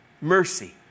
Mercy